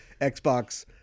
Xbox